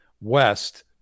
West